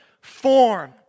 form